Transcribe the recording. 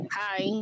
hi